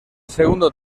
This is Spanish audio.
segundo